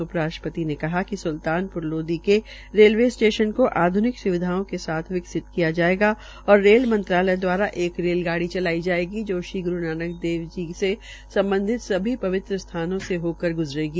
उप राष्ट्रपति ने कहा कि सुल्तानप्र लोदी के रेलवे स्टेशन को आध्निक सुविधाओं के साथ विकसित किया जायेगा और रेल मंत्रालय दवारा एक रेलगाड़ी चलाई जायेगी जो ग्रू नानक देव जी से सम्बधित सभी पवित्र स्थानो से होकर ग्ज़रेगी